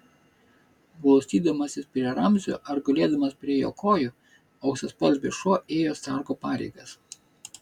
glaustydamasis prie ramzio ar gulėdamas prie jo kojų auksaspalvis šuo ėjo sargo pareigas